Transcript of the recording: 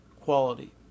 quality